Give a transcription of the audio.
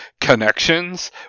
connections